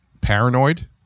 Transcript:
paranoid